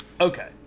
Okay